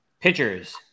Pitchers